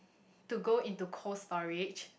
to go into Cold-Storage